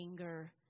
anger